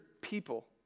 people